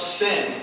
sin